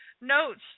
notes